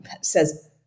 says